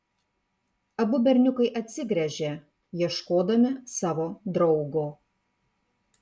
abu berniukai atsigręžė ieškodami savo draugo